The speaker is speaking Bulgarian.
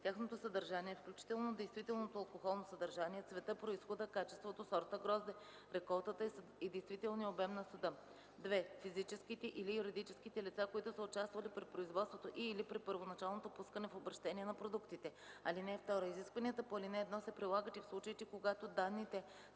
тяхното съдържание, включително действителното алкохолно съдържание, цвета, произхода, качеството, сорта грозде, реколтата и действителния обем на съда; 2. физическите или юридическите лица, които са участвали при производството и/или при първоначалното пускане в обръщение на продуктите. (2) Изискванията по ал. 1 се прилагат и в случаите, когато данните